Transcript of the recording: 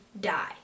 die